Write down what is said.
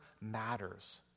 matters